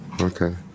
Okay